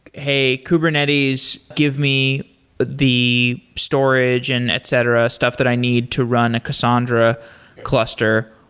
hey kubernetes, give me the storage and etc, stuff that i need to run a cassandra cluster.